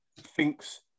thinks